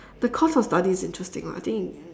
the course of study is interesting lah I think